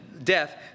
Death